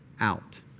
out